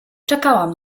czekałam